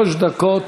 שלוש דקות